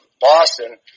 Boston